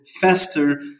faster